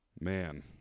Man